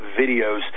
videos